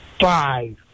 five